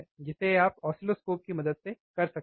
जिसे आप ऑसिलोस्कोप की मदद से कर सकते हैं